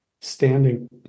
standing